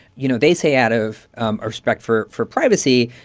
you know, they say, out of um a respect for for privacy.